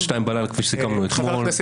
רוטמן,